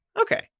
Okay